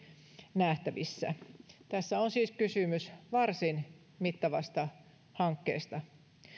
nähtävissä tässä on siis kysymys varsin mittavasta hankkeesta